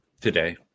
today